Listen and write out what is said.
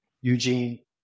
Eugene